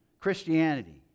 Christianity